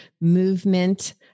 movement